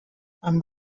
amb